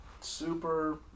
Super